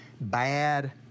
bad